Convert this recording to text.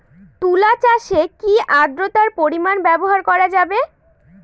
তুলা চাষে কি আদ্রর্তার পরিমাণ ব্যবহার করা যাবে?